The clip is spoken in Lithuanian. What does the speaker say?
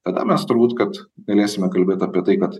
tada mes turbūt kad galėsime kalbėt apie tai kad